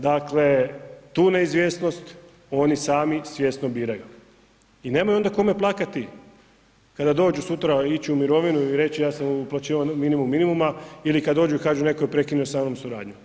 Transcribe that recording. Dakle tu neizvjesnost oni sami svjesno biraju i nemaju onda kome plakati kada dođu sutra ići ću u mirovinu i reći ja sam uplaćivao minimum minimuma ili kada dođu i kažu neko je prekinuo sa mnom suradnju.